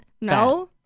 No